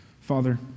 Father